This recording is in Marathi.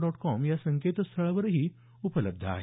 डॉट कॉम या संकेतस्थळावरही उपलब्ध आहे